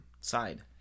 side